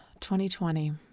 2020